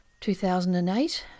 2008